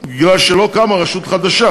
מפני שלא קמה רשות חדשה,